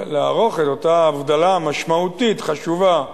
לערוך את אותה הבדלה משמעותית, חשובה,